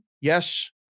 Yes